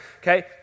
okay